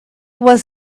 was